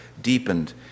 deepened